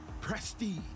prestige